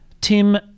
Tim